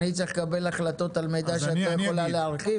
אני צריך לקבל החלטות על מידע שאת לא יכולה להרחיב?